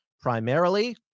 primarily